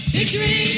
Victory